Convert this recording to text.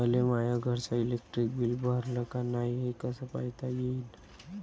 मले माया घरचं इलेक्ट्रिक बिल भरलं का नाय, हे कस पायता येईन?